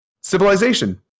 civilization